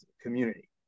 community